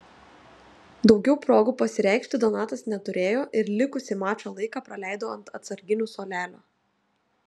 daugiau progų pasireikšti donatas neturėjo ir likusį mačo laiką praleido ant atsarginių suolelio